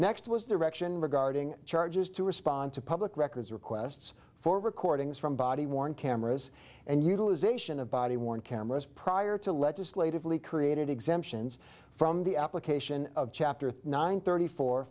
next was direction regarding charges to respond to public records requests for recordings from body worn cameras and utilization of body worn cameras prior to legislatively created exemptions from the application of chapter nine thirty four